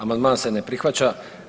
Amandman se ne prihvaća.